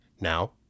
Now